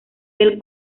del